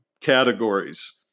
categories